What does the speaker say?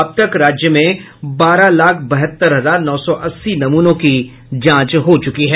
अब तक राज्य में बारह लाख बहत्तर हजार नौ सौ अस्सी नमूनों की जांच हो चुकी है